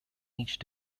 each